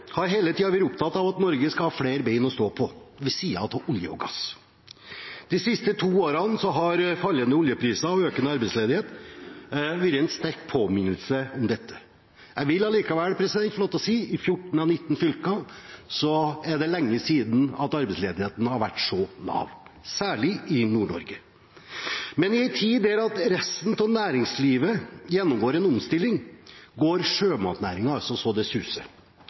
har hele tiden vært opptatt av at Norge skal ha flere ben å stå på ved siden av olje og gass. De siste to årene har fallende oljepriser og økende arbeidsledighet vært en sterk påminnelse om dette. Jeg vil likevel få lov til å si at i 14 av 19 fylker er det lenge siden arbeidsledigheten har vært så lav, særlig i Nord-Norge. I en tid da resten av næringslivet gjennomgår en omstilling, går sjømatnæringen så det suser.